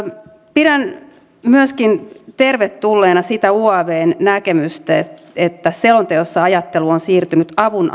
pidän myöskin tervetulleena sitä uavn näkemystä että selonteossa ajattelu on siirtynyt avun